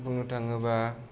बुंनो थाङोबा